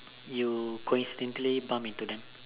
you coincidentally bump into them